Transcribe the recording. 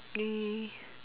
he